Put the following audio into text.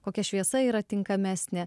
kokia šviesa yra tinkamesnė